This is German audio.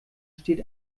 steht